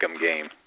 game